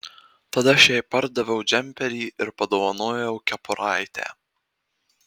tad aš jai pardaviau džemperį ir padovanojau kepuraitę